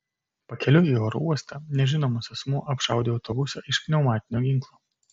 pakeliui į oro uostą nežinomas asmuo apšaudė autobusą iš pneumatinio ginklo